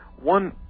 one